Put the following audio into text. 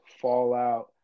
fallout